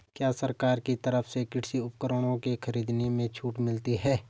क्या सरकार की तरफ से कृषि उपकरणों के खरीदने में छूट मिलती है?